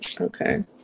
Okay